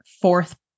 fourth